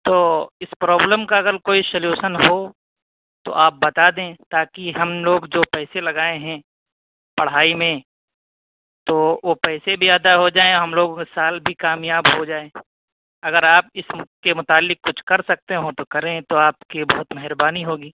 تو اس پرابلم کا اگر کوئی سلیوشن ہو تو آپ بتا دیں تاکہ ہم لوگ جو پیسے لگائے ہیں پڑھائی میں تو وہ پیسے بھی ادا ہو جائیں ہم لوگوں کا سال بھی کامیاب ہو جائیں اگر آپ اس کے متعلق کچھ کر سکتے ہوں تو کریں تو آپ کی بہت مہربانی ہوگی